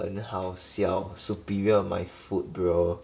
很好笑 superior my foot bro